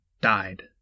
died